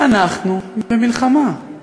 אנחנו במלחמה,